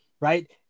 right